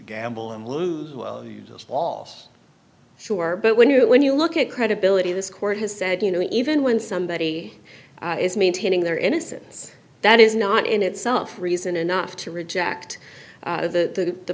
gamble and lose well you just lost sure but when you when you look at credibility this court has said you know even when somebody is maintaining their innocence that is not in itself reason enough to reject the